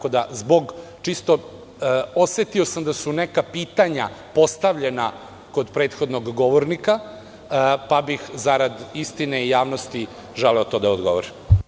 Osetio sam da su neka pitanja postavljena kod prethodnog govornika, pa bih zarad istine i javnosti želeo to da odgovorim.